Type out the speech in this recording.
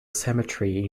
cemetery